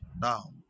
Now